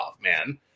man